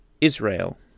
Israel